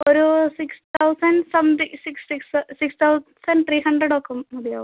ഒരൂ six thousand something six six six thousand three hundred ഒക്കെ അല്ലൊ